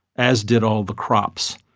as did all the crops.